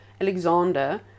Alexander